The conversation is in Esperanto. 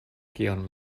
kion